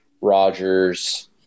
rogers